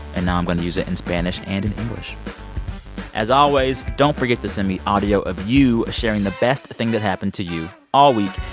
and now i'm going to use it in spanish and in english as always, don't forget to send me audio of you sharing the best thing that happened to you all week.